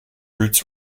roots